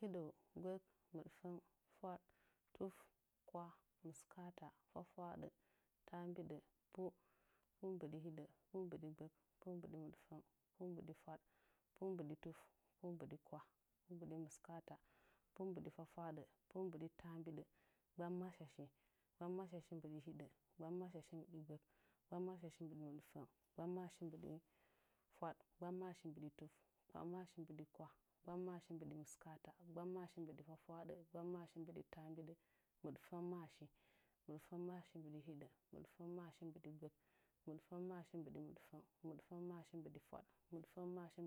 Hiɗəu gbək mɨɗfəng fwaɗ tuf kwah mɨskaata fwafwaɗə taambiɗə puu puu mbɨɗɨhiɗən puu mbɨɗigbək puu mbɨɗimɨɗfəng puu mbɨɗifwaɗ puu mbɨɗituf puu mbɨɗi kwah puu mbɨɗi mɨskaata puu mbɨɗi fwah fwah ɗɨ puu mbɨɗ taambidə gbammashashi gbammashashi mbɨɗihiɗa- gbammashashi mbɨɗigbək gbammashashi mbɨɗi mɨɗfəng gbammashi mbɨɗi fwaɗ gbammashi mbɨɗi tuf gbammashi mbɨɗi kwah gbammashi mbɨɗi mɨskaata gbammashi mbɨɗi fwahfwahɗə gbammashi mbɨɗi taambɨɗə mɨɗfəngmashi mɨɗfəngmashi mbɨɗi hiɗəu mɨɗfəngmashi mbɨɗi gbək mɨɗfəngmashi mbɨɗi mɨɗfəng mɨɗfəngmashi mbɨɗi fwaɗ mɨɗfəngmashi